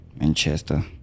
Manchester